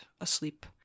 asleep